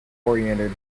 oriented